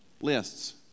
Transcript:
Lists